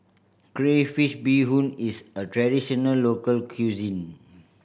crayfish beehoon is a traditional local cuisine